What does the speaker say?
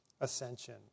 ascension